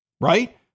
right